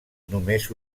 només